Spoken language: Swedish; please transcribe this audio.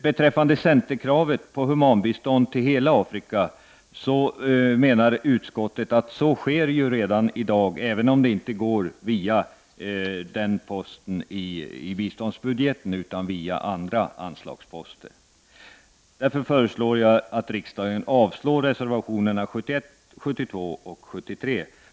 Beträffande centerkravet på humanbistånd till hela Afrika vill jag framhålla att utskottsmajoriteten menar att sådant bistånd lämnas redan i dag, även om det sker via andra anslagsposter i biståndsbudgeten. Därför föreslår jag att riksdagen avslår reservationerna 71, 72 och 73.